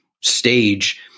stage